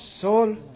soul